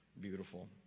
beautiful